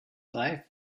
life